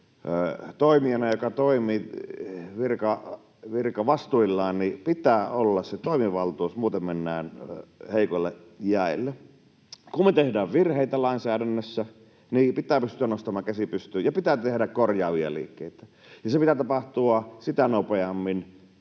toimijana, joka toimii virkavastuillaan, pitää olla se toimivaltuus. Muuten mennään heikoille jäille. Kun me tehdään virheitä lainsäädännössä, pitää pystyä nostamaan käsi pystyyn ja pitää tehdä korjaavia liikkeitä, ja sen pitää tapahtua sitä nopeammin,